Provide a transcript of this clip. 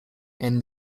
and